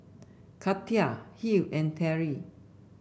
Katia Hill and Terry